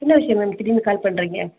என்ன விஷயம் மேம் திடீர்னு கால் பண்ணுறீங்க